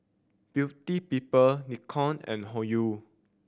Beauty People Nikon and Hoyu